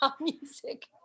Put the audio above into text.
music